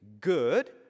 good